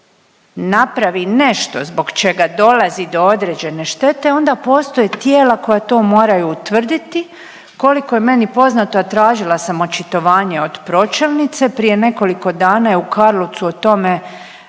radove napravi nešto zbog čega dolazi do određene štete, onda postoje tijela koja to moraju utvrditi. Koliko je meni poznato, a tražila sam očitovanje od pročelnice, prije nekoliko dana je u Karlovcu o tome